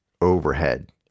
overhead